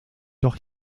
doch